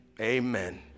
Amen